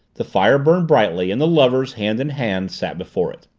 the fire burned brightly and the lovers, hand in hand, sat before it.